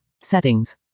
Settings